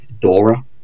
DORA